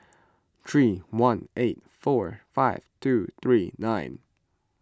three one eight four five two three nine